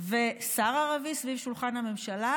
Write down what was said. ושר ערבי סביב שולחן הממשלה.